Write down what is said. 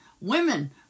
Women